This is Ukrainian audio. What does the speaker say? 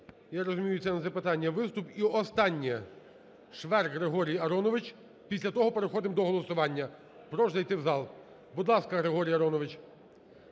Я розумію, це не запитання, а виступ. І останнє, Шверк Григорій Аронович, після того переходимо до голосування. Прошу зайти в зал. Будь ласка, Григорій Аронович.